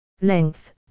Length